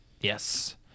yes